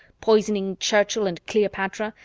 poisoning churchill and cleopatra.